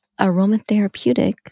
aromatherapeutic